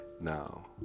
Now